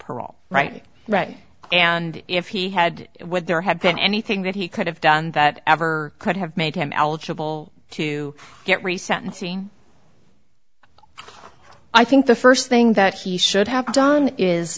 parole right right and if he had it would there have been anything that he could have done that ever could have made him eligible to get reset and seeing i think the first thing that he should have done is